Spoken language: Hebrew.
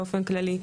באופן כללי,